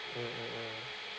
mm mm mm